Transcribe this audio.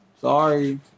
Sorry